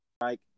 Mike